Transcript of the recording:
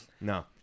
No